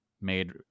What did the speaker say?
made